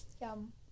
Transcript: Yum